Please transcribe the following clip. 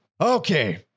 Okay